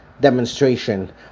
demonstration